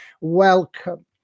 welcome